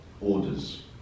orders